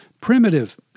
primitive